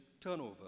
turnover